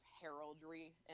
heraldry